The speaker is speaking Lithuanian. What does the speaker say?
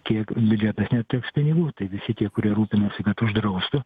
kiek bilietas neteks pinigų tai visi tie kurie rūpinasi kad uždraustų